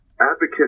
advocate